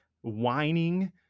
whining